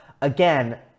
Again